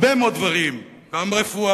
הרבה מאוד דברים, גם רפואה,